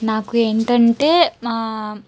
నాకు ఏంటంటే మా